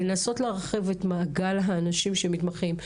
לנסות להרחיב את מעגל האנשים שמתמחים,